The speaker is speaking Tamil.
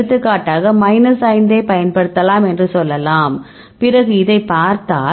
எடுத்துக்காட்டாக மைனஸ் 5 ஐப் பயன்படுத்தலாம் என்று சொல்லலாம் பிறகு இதைப் பார்த்தால்